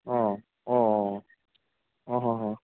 অঁ অঁ অঁ অঁ অঁ অঁ